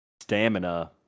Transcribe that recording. stamina